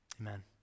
Amen